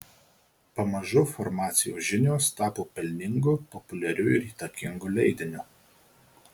pamažu farmacijos žinios tapo pelningu populiariu ir įtakingu leidiniu